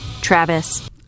Travis